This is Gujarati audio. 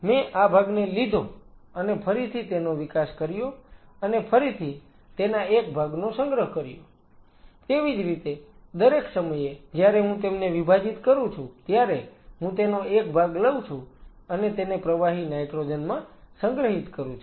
મેં આ ભાગને લીધો અને ફરીથી તેનો વિકાસ કર્યો અને ફરીથી તેના એક ભાગનો સંગ્રહ કર્યો તેવી જ રીતે દરેક સમયે જયારે હું તેમને વિભાજીત કરું છું ત્યારે હું તેનો એક ભાગ લઉં છું અને તેને પ્રવાહી નાઈટ્રોજન માં સંગ્રહિત કરું છું